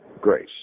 grace